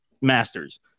Masters